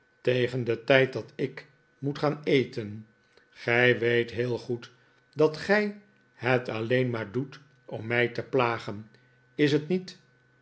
tegen den tijd dat ik moet gaan eten gij weet heel goed dat gij het alleen maar doet om mij te plagen is t niet